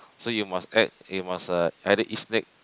so you must act you must eh either eat snake